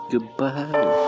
Goodbye